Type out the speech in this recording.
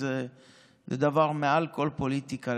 זה דבר שמעל כל פוליטיקה,